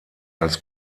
als